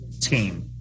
team